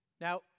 now